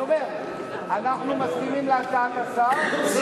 אני אומר: אנחנו מסכימים להצעת השר,